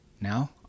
Now